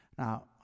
Now